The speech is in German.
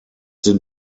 sind